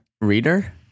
reader